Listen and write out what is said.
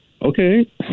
Okay